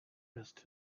missed